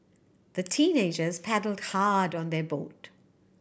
the teenagers paddled hard on their boat